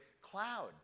cloud